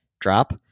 drop